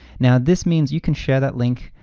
now this means you can share that link.